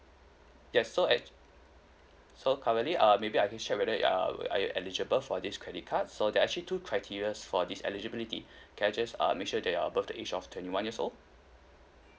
yes so act~ so currently err maybe I can check whether err are you eligible for this credit card so there are actually two criteria for this eligibility can I just uh make sure that you're above the age of twenty one years old